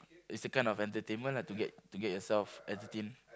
it's a kind of entertainment lah to get to get yourself entertained